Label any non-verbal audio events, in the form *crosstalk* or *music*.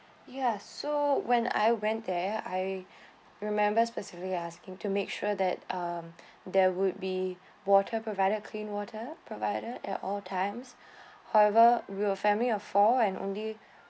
ya so when I went there I *breath* remember specifically asking to make sure that um *breath* there would be water provided clean water provided at all times *breath* however we were family of four and only